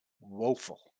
woeful